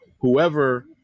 whoever